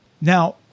Now